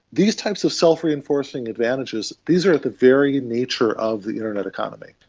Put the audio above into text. these types of self-reinforcing advantages, these are at the very nature of the internet economy,